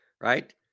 right